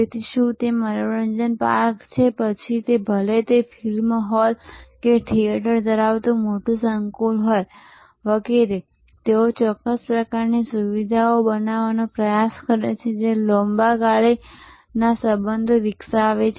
તેથી શું તે મનોરંજન પાર્ક છે પછી ભલે તે ફિલ્મ હોલ અને થિયેટર ધરાવતું મોટું સંકુલ હોય વગેરે તેઓ ચોક્કસ પ્રકારની સુવિધાઓ બનાવવાનો પ્રયાસ કરે છે જે લાંબા ગાળાના સંબંધો બનાવે છે